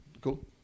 Cool